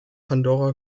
pandora